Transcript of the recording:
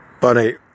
Bunny